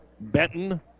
Benton